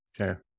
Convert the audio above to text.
Okay